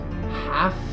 half